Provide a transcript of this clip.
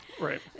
Right